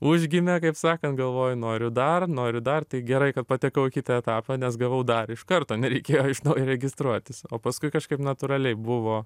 užgimė kaip sakant galvoju noriu dar noriu dar taip gerai kad patekau į kitą etapą nes gavau dar iš karto nereikėjo iš naujo registruotis o paskui kažkaip natūraliai buvo